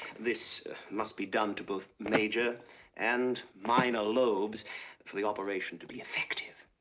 this must be done to both major and minor lobes for the operation to be effective.